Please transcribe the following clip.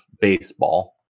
baseball